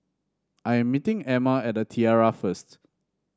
I am meeting Amma at The Tiara first